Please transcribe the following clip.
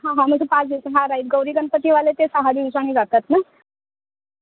हां हां म्हणजे पाच दिवसांचा हां राईट गौरी गणपतीवाले ते सहा दिवसानी जातात ना